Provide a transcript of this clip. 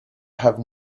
have